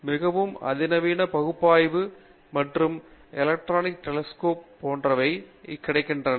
மிகவும் அதிநவீன பகுப்பாய்வு மற்றும் காட்சிப்படுத்தல் கருவிகள் எலக்ட்ரான் டெலெஸ்கோபி போன்றவை இப்போது கிடைக்கின்றன